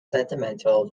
sentimental